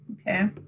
okay